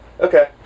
Okay